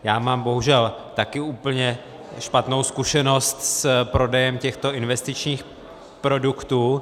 Já mám bohužel také úplně špatnou zkušenost s prodejem těchto investičních produktů.